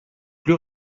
plus